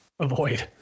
Avoid